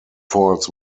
falls